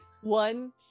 one